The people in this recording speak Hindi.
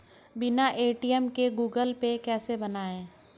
बिना ए.टी.एम के गूगल पे कैसे बनायें?